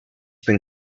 bin